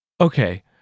Okay